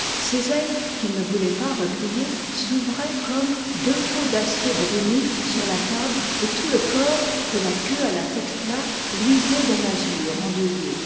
ses ailes qu'il ne voulait pas replier s'ouvraient comme deux faux d'acier bruni sur la table et tout le corps de la queue à la tête plate luisait d'un azur endeuillé